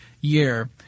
year